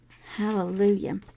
Hallelujah